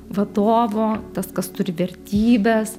vadovo tas kas turi vertybes